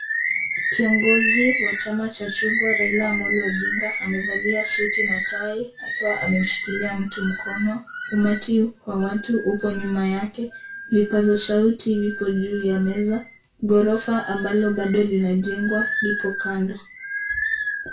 Kiongozi wa chama cha chungwa, Raila Amollo Odinga. Amevalia suti na tai, akiwa ameshikilia mtu mkono. Umati wa watu upo nyuma yake. Vipaza sauti vipo juu ya meza. Ghorofa ambalo bado linajengwa lipo kando.